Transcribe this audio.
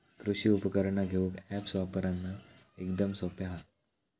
कृषि उपकरणा घेऊक अॅप्स वापरना एकदम सोप्पा हा